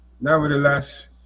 nevertheless